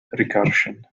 recursion